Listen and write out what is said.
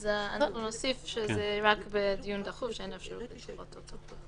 נוסיף שזה רק בדיון דחוף שאין אפשרות לדחותו.